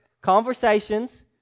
conversations